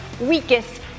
weakest